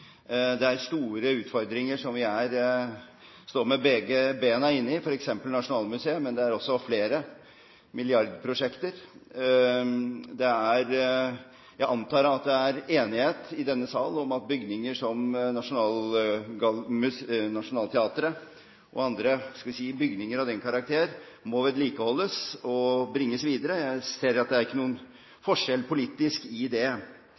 Det er store utfordringer som vi står i med begge bena, f.eks. Nasjonalmuseet, men det er også flere milliardprosjekter. Jeg antar at det i denne sal er enighet om at bygninger som Nationaltheatret og andre bygninger av den karakter må vedlikeholdes og bringes videre. Jeg ser ikke at det er noen politisk forskjell her. Problemet er rett og slett bare at det